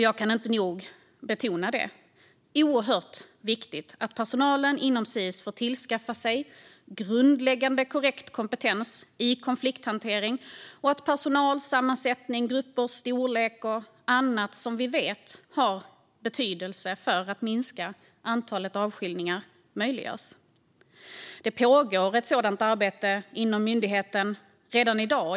Jag kan inte nog betona hur oerhört viktigt det är att personalen inom Sis får grundläggande korrekt kompetens i konflikthantering och att personalsammansättning, gruppers storlek och annat som vi vet har betydelse för att minska antalet avskiljningar möjliggörs. Det pågår ett sådant arbete inom myndigheten redan i dag.